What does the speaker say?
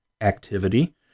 activity